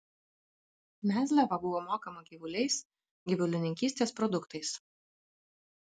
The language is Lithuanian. mezliava buvo mokama gyvuliais gyvulininkystės produktais